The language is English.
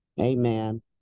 Amen